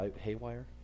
haywire